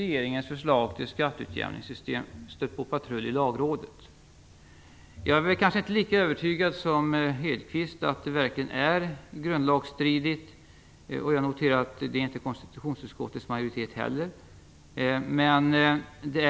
Regeringens förslag till skatteutjämningssystem har ju stött på patrull i Lagrådet. Jag är kanske inte lika övertygad som Hedquist om att det är grundlagsstridigt, och jag noterar att inte heller konstitutionsutskottets majoritet är det.